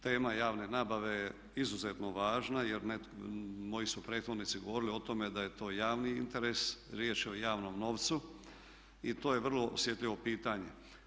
Tema javne nabave je izuzetno važna jer moji su prethodnici govorili o tome da je to javni interes, riječ je o javnom novcu i to je vrlo osjetljivo pitanje.